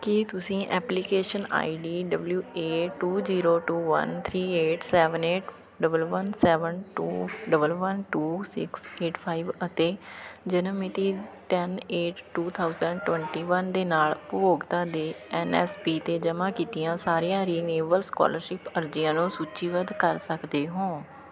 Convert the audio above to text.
ਕੀ ਤੁਸੀਂ application I D W A two zero two one three eight seven eight double one seven two double one two six eight five ਅਤੇ ਜਨਮ ਮਿਤੀ ten eight two thousand twenty one ਦੇ ਨਾਲ ਉਪਭੋਗਤਾ ਦੇ N S P 'ਤੇ ਜਮ੍ਹਾਂ ਕੀਤੀਆਂ ਸਾਰੀਆਂ ਰਿਨੇਵਲਸ ਸਕੋਲਰਸ਼ਿਪ ਅਰਜ਼ੀਆਂ ਨੂੰ ਸੂਚੀਬੱਧ ਕਰ ਸਕਦੇ ਹੋ